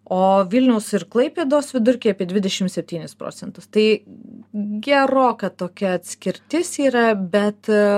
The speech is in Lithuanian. o vilniaus ir klaipėdos vidurkiai apie dvidešimt septynis procentus tai geroka tokia atskirtis yra bet